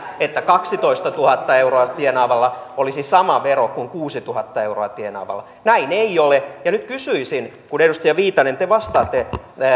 että kaksitoistatuhatta euroa tienaavalla olisi sama vero kuin kuusituhatta euroa tienaavalla näin ei ole ja nyt kysyisin kun edustaja viitanen te vastaatte